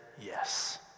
yes